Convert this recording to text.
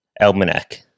Almanac